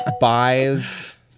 buys